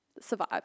survive